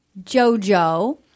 JoJo